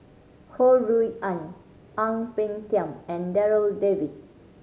Ho Rui An Ang Peng Tiam and Darryl David